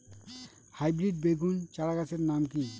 Hybrid বেগুন চারাগাছের নাম কি?